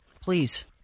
please